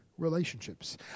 relationships